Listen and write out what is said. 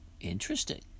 Interesting